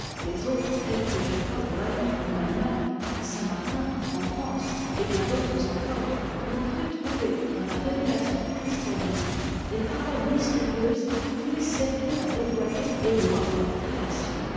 les autres tels que jacob bœhme en allemagne saint-martin en france et bien d'autres encore ont cru trouver dans la révélation du christianisme des paroles mystérieuses qui pouvaient servir à dévoiler les lois de la création